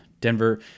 Denver